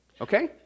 Okay